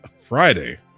Friday